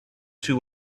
two